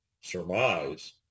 surmise